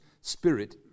spirit